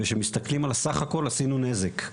ושמסתכלים על הסך הכל עשינו נזק.